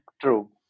True